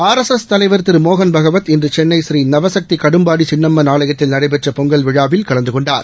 R S S தலைவர் திரு மோகன் பகவத் இன்று சென்னை ஸ்ரீநவசக்தி கடும்பாடி சின்னம்மன் ஆலயத்தில் நடைபெற்ற பொங்கல் விழாவில் கலந்து கொண்டார்